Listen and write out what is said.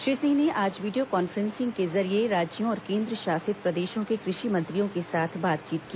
श्री सिंह ने आज video conferencing के जरिये राज्यों और केन्द्रशासित प्रदेशों के कृषि मंत्रियों के साथ बातचीत की